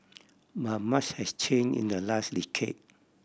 but much has change in the last decade